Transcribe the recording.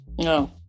No